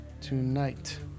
Tonight